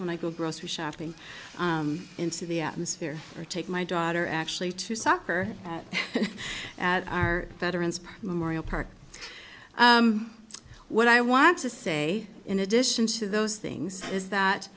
when i go grocery shopping into the atmosphere or take my daughter actually to soccer at our veterans memorial park what i want to say in addition to those things is that